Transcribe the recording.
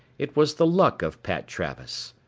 it was the luck of pat travis.